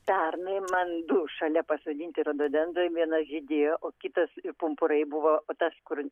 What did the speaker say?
pernai man šalia pasodinti rododendrai vienas žydėjo o kitas pumpurai buvo o tas kur